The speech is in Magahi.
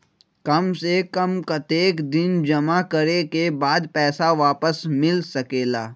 काम से कम कतेक दिन जमा करें के बाद पैसा वापस मिल सकेला?